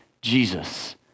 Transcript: Jesus